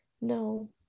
no